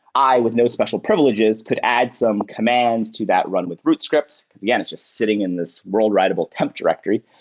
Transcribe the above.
i, with no special privileges, could add some commands to that run with root scripts. again, it's just sitting in this world writable temp directory.